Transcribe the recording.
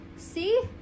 see